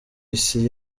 isi